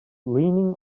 leaning